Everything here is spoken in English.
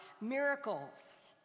miracles